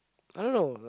I don't know